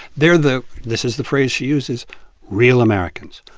they're the this is the phrase she uses real americans,